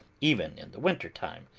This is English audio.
even in the winter time,